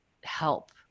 help